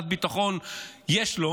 קצת ביטחון יש לו,